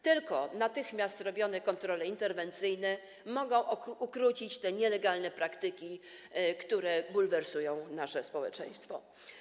Tylko natychmiast przeprowadzone kontrole interwencyjne mogą ukrócić te nielegalne praktyki, które bulwersują nasze społeczeństwo.